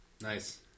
Nice